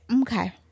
Okay